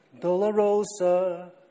Dolorosa